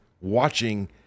watching